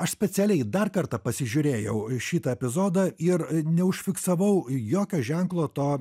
aš specialiai dar kartą pasižiūrėjau į šitą epizodą ir neužfiksavau jokio ženklo to